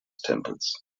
tempels